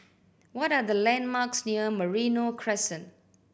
what are the landmarks near Merino Crescent